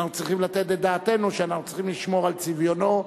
אנחנו צריכים לתת את דעתנו שאנחנו צריכים לשמור על צביונו,